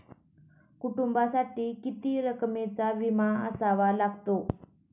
कुटुंबासाठी किती रकमेचा विमा असावा लागतो?